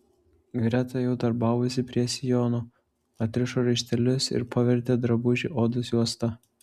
greta jau darbavosi prie sijono atrišo raištelius ir pavertė drabužį odos juosta